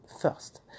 first